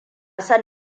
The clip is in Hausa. son